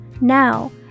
Now